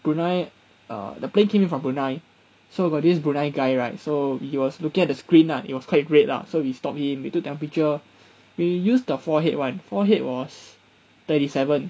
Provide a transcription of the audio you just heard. brunei uh the plane came in from brunei so got this brunei guy right so he was looking at the screen lah it was quite red lah so we stopped him we took temperature we use the forehead one forehead was thirty seven